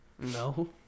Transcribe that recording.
No